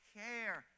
care